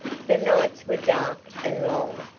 the nights were dark and long,